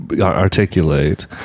articulate